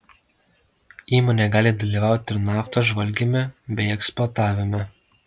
įmonė gali dalyvauti ir naftos žvalgyme bei eksploatavime